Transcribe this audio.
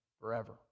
forever